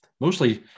mostly